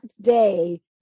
day